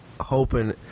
hoping